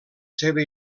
seva